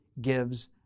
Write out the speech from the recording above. gives